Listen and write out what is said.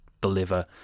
deliver